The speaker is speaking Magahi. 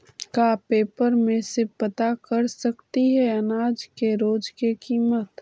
का पेपर में से पता कर सकती है अनाज के रोज के किमत?